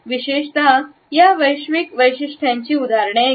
विशेषत या वैश्विक वैशिष्ट्यांची उदाहरणे ऐका